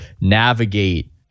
navigate